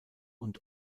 und